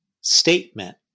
statement